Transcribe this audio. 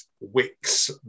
Wicks